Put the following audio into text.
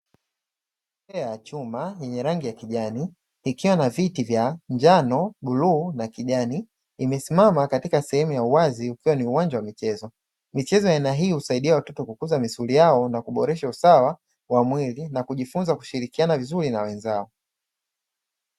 Bembea ya chuma yeny rangi ya kijani, ikiwa na viti vya njano, bluu na kijani, imesimama katika sehemu ya uwazi ukiwa ni uwanja wa michezo. Michezo ya aina hii husaidia watoto kukuza misuli yao, na kuboresha usawa wa mwili na kujifunza kushirikiana vizuri na wenzao.